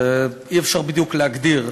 ואי-אפשר בדיוק להגדיר,